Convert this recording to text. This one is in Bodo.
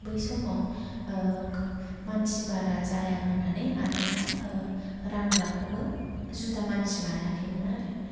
बै समाव मानसि बारा जाया होननानै आदाया रानग्राखौबो जुदा मानसि लायाखैमोन आरो